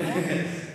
נכון?